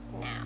now